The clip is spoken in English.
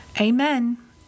Amen